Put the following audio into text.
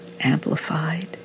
amplified